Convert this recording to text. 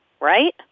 right